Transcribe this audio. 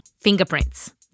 fingerprints